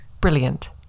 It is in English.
brilliant